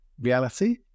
reality